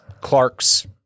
Clark's